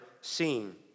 seen